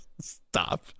Stop